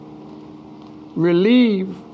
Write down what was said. relieve